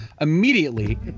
immediately